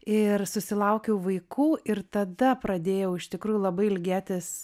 ir susilaukiau vaikų ir tada pradėjau iš tikrųjų labai ilgėtis